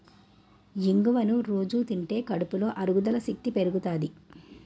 ఇంగువను రొజూ తింటే కడుపులో అరుగుదల శక్తి పెరుగుతాది